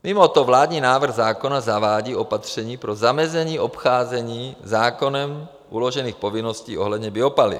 Mimoto vládní návrh zákona zavádí opatření pro zamezení obcházení zákonem uložených povinností ohledně biopaliv.